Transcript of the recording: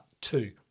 Two